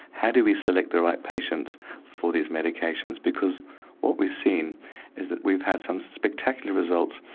how do we select the right patients for these medications? because what we've seen is that we've had some spectacular results,